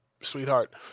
sweetheart